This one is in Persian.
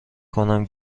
کنم